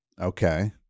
Okay